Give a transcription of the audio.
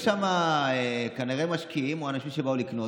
הגיעו לשם כנראה משקיעים או אנשים שבאו לקנות,